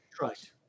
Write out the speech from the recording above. Right